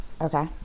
Okay